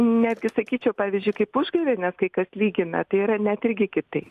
netgi sakyčiau pavyzdžiui kaip užgavėnės kai kas lygina tai yra net irgi kitaip